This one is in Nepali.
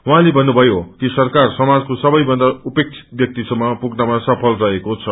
उहाँले भन्नुभयो कि सराकार समाजको सबैभन्दा उपेक्षित व्याक्तिसम्म पुग्नमा सफल रहेको छ